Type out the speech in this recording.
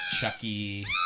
Chucky